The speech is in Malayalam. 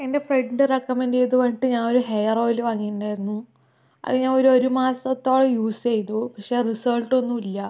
എൻ്റെ ഫ്രണ്ട് റെക്കമെന്റു ചെയ്ത് പറഞ്ഞിട്ട് ഞാനൊരു ഹെയർ ഓയില് വാങ്ങിയിട്ടുണ്ടായിരുന്നു അത് ഞാനൊരു ഒരു മാസത്തോളം യൂസ് ചെയ്തു പക്ഷെ റിസൾട്ടൊന്നുല്ല